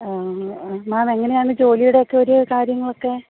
ആ മേം എങ്ങനെയാണ് ജോലിയുടെയൊക്കെ ഒരു കാര്യങ്ങളൊക്കെ